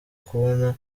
kubona